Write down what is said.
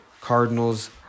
Cardinals –